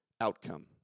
outcome